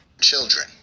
Children